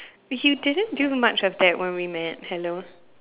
you didn't do much of that when we met hello